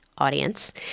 audience